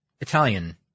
Italian